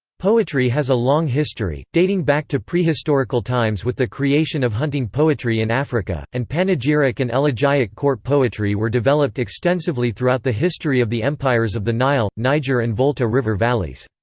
poetry has a long history, dating back to prehistorical times with the creation of hunting poetry in africa, and panegyric and elegiac court poetry were developed extensively throughout the history of the empires of the nile, niger and volta river valleys.